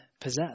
possess